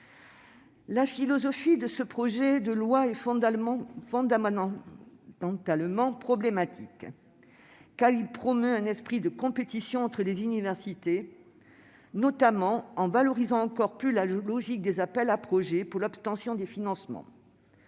La philosophie de ce projet de loi est fondamentalement problématique, car il promeut un esprit de compétition entre les universités, notamment en valorisant encore davantage la logique des appels à projets pour l'obtention des financements.